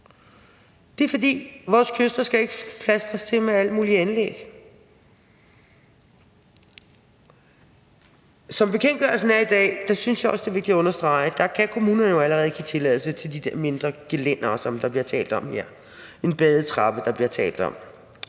til vand. Og vores kyster skal ikke plastres til med alle mulige anlæg. Som bekendtgørelsen er i dag, og det synes jeg også er vigtigt at understrege, kan kommunerne jo allerede give tilladelse til de der mindre gelændere på en badetrappe, som der bliver talt om